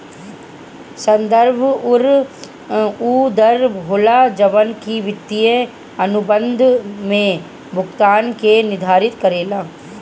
संदर्भ दर उ दर होला जवन की वित्तीय अनुबंध में भुगतान के निर्धारित करेला